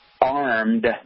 armed